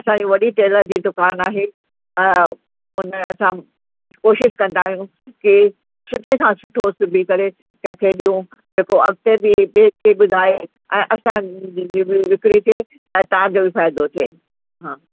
असांजी वॾी टेलर जी दुकानु आहे उन असां कोशिशि कंदा आहियूं की सुठे खां सुठो सुबी करे कंहिं खे ॾियूं जेको अॻिते बि ॿिए खे ॿुधाए ऐं असांजी बि विक्री थिए ऐं तव्हांजो बि फ़ाइदो थिए